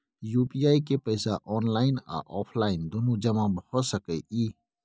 UPI के पैसा online आ ऑफलाइन दुनू जमा भ सकै इ?